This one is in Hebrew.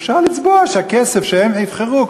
אפשר לצבוע שהכסף שהם יבחרו,